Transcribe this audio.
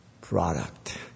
product